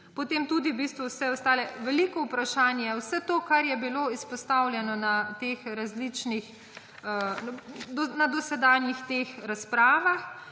Potem tudi vse ostalo, veliko vprašanj je, vse to, kar je bilo izpostavljeno v dosedanjih razpravah.